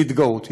להתגאות.